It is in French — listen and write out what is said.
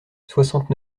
soixante